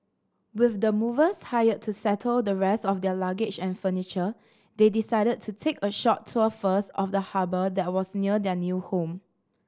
with the movers hired to settle the rest of their luggage and furniture they decided to take a short tour first of the harbour that was near their new home